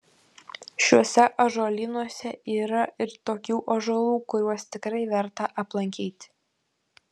šiuose ąžuolynuose yra ir tokių ąžuolų kuriuos tikrai verta aplankyti